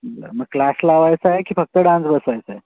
बरं मग क्लास लावायचा आहे की फक्त डान्स बसवायचा आहे